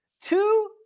Two